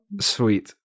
Sweet